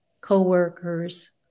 co-workers